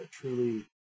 truly